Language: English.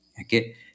okay